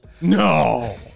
No